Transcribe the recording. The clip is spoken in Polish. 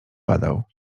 padał